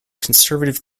conservative